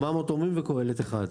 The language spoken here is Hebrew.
400 תורמים וקהלת אחד.